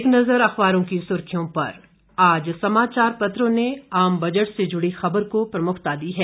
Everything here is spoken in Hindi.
एक नज़र अखबारों की सुर्खियों पर आज समाचार पत्रों ने आम बजट से जुड़ी खबर को प्रमुखता दी है